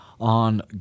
on